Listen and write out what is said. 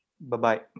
Bye-bye